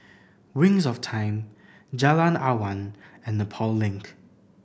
Wings of Time Jalan Awan and Nepal Link